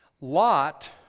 Lot